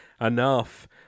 enough